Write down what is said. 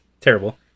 terrible